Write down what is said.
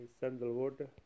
sandalwood